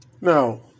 Now